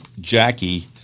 Jackie